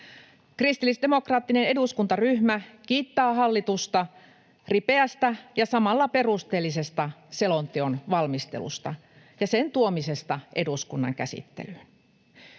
Kristillisdemokraattinen eduskuntaryhmä kiittää hallitusta ripeästä ja samalla perusteellisesta selonteon valmistelusta ja sen tuomisesta eduskunnan käsittelyyn.